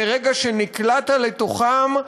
מרגע שנקלעת לתוכם,